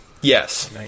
Yes